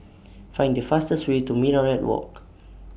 Find The fastest Way to Minaret Walk